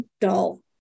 dull